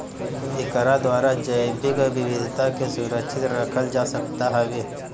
एकरा द्वारा जैविक विविधता के सुरक्षित रखल जा सकत हवे